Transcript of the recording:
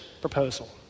proposal